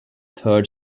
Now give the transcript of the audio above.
third